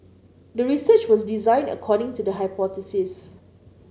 the research was designed according to the hypothesis